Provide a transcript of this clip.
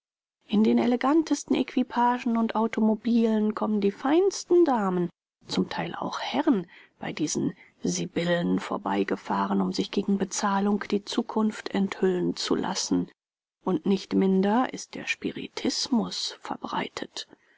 in den elegantesten equipagen und automobilen kommen die feinsten damen zum teil auch herren bei diesen sybillen vorgefahren um sich gegen bezahlung die zukunft enthüllen zu lassen und nicht minder ist der spiritismus verbreitet